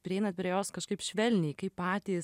prieinat prie jos kažkaip švelniai kaip patys